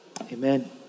amen